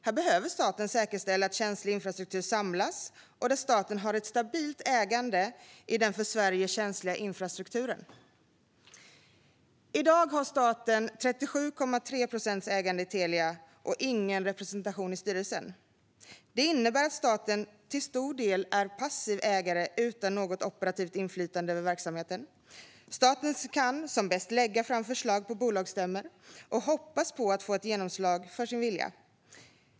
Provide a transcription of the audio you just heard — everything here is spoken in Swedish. Här behöver staten säkerställa att känslig infrastruktur samlas och att staten har ett stabilt ägande i den för Sverige känsliga infrastrukturen. I dag har staten 37,3 procents ägande i Telia och ingen representation i styrelsen. Det innebär att staten till stor del är passiv ägare utan något operativt inflytande över verksamheten. Staten kan som bäst lägga fram förslag på bolagstämmor och hoppas att få ett genomslag för sin vilja.